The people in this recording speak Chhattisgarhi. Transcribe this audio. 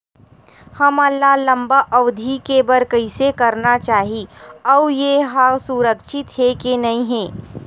हमन ला लंबा अवधि के बर कइसे करना चाही अउ ये हा सुरक्षित हे के नई हे?